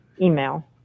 email